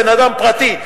בן-אדם פרטי,